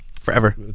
forever